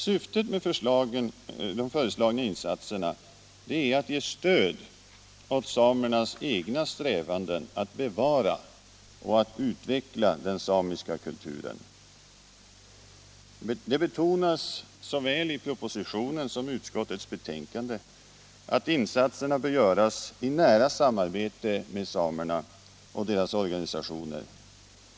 Syftet med de föreslagna insatserna är att ge stöd åt samernas egna strävanden att bevara och utveckla den samiska kulturen. Det betonas såväl i propositionen som i utskottets betänkande att insatserna bör göras i nära samarbete med samerna och deras organisationer.